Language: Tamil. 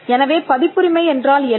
எனவே பதிப்புரிமை என்றால் என்ன